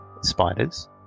spiders